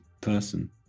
person